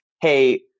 hey